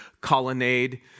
colonnade